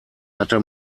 hatte